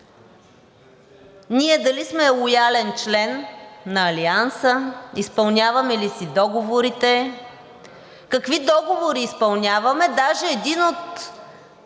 ние дали сме лоялен член на Алианса, изпълняваме ли си договорите, какви договори изпълняваме? Даже един от